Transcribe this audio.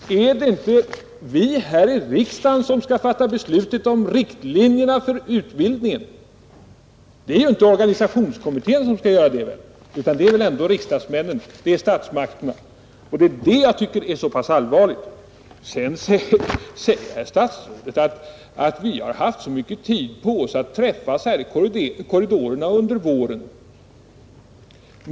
Är det inte vi här i riksdagen som skall fatta beslutet om riktlinjerna för utbildningen? Det är väl inte organisationskommittén som skall göra det, utan det är ändå riksdagen, det är statsmakterna, Det är detta jag tycker är så allvarligt. Sedan säger herr statsrådet att vi har haft så mycket tid på oss att träffas här i korridorerna under våren.